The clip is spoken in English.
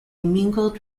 mingled